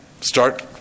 start